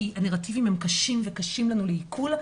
כי הנרטיבים הם קשים באמת לעיכול.